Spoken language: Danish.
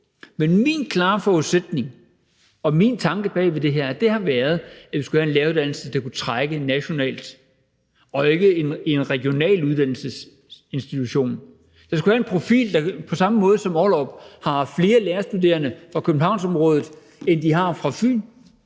Men min klare forudsætning og min tanke bag ved det her har været, at vi skulle have en læreruddannelse, der kunne trække nationalt – og ikke en regional uddannelsesinstitution. Den skulle have en profil på samme måde som i Ollerup, hvor de har haft flere lærerstuderende fra Københavnsområdet end fra Fyn,